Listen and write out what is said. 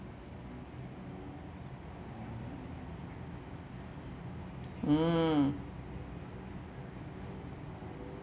mm